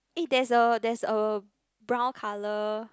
eh there is a there is a brown color